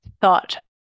thought